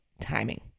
timing